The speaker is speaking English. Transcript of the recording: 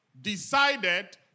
decided